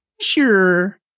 sure